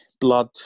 Blood